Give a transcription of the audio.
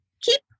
keep